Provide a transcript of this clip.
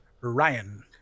Ryan